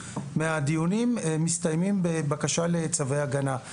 מהדיונים מסתיימים בבקשה לצווי הגנה.